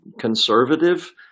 conservative